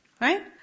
Right